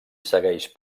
segueix